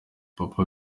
papa